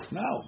no